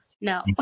no